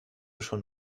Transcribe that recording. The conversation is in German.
schon